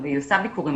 אבל היא עושה ביקורים,